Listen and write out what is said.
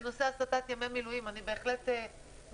בנושא הסטת ימי מילואים, אני בהחלט מסכימה.